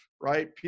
right